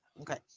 okay